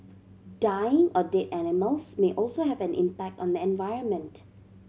dying or dead animals may also have an impact on the environment